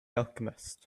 alchemist